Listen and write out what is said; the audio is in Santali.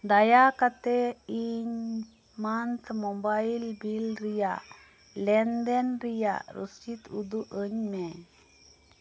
ᱫᱟᱭᱟ ᱠᱟᱛᱮᱫ ᱤᱧ ᱢᱟᱱᱛᱷ ᱢᱚᱵᱟᱭᱤᱞ ᱵᱤᱞ ᱨᱮᱭᱟᱜ ᱞᱮᱱᱫᱮᱱ ᱨᱮᱭᱟᱜ ᱨᱚᱥᱤᱫᱽ ᱩᱫᱩᱜ ᱟᱹᱧ ᱢᱮ